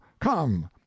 come